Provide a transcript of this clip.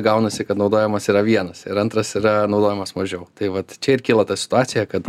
gaunasi kad naudojamas yra vienas ir antras yra naudojamas mažiau tai vat čia ir kyla ta situacija kad